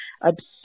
obsessed